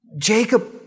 Jacob